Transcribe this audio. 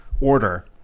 order